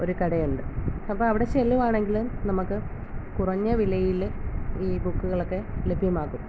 ഒരു കടയുണ്ട് അപ്പം അവിടെ ചെല്ലുവാണെങ്കിൽ നമുക്ക് കുറഞ്ഞ വിലയിൽ ഈ ബുക്കുകളൊക്കെ ലഭ്യമാകും